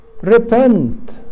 repent